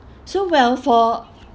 so well for